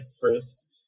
first